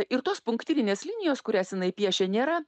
ir tos punktyrinės linijos kurias jinai piešia nėra